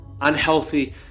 unhealthy